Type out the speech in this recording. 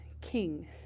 king